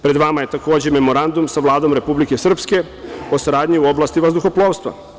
Pred vama je takođe i Memorandum sa vladama Republike Srpske o saradnji u oblasti vazduhoplovstva.